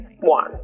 one